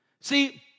See